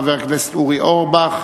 חבר הכנסת אורי אורבך,